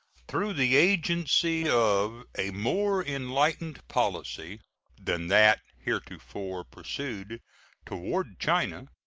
through the agency of a more enlightened policy than that heretofore pursued toward china,